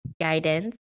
guidance